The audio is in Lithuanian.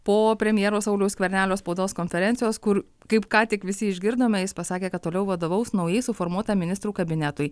po premjero sauliaus skvernelio spaudos konferencijos kur kaip ką tik visi išgirdome jis pasakė kad toliau vadovaus naujai suformuotam ministrų kabinetui